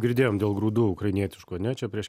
girdėjom dėl grūdų ukrainietiškų ane čia prieš